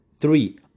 three